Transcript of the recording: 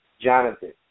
Jonathan